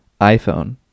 iPhone